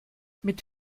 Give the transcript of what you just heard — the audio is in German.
mit